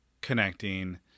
connecting